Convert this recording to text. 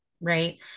right